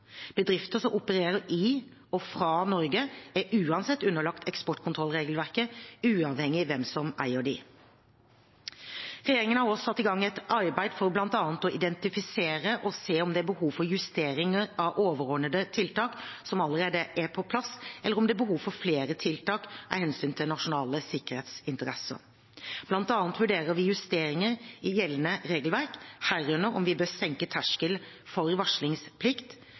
Bedrifter som opererer i og fra Norge, er uansett underlagt eksportkontrollregelverket, uavhengig av hvem som eier dem. Regjeringen har også satt i gang et arbeid for bl.a. å identifisere og se om det er behov for justering av overordnede tiltak som allerede er på plass, eller om det er behov for flere tiltak av hensyn til nasjonale sikkerhetsinteresser. Blant annet vurderer vi justeringer i gjeldende regelverk, herunder om vi bør senke terskelen for varslingsplikt,